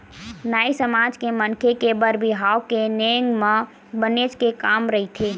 नाई समाज के मनखे के बर बिहाव के नेंग म बनेच के काम रहिथे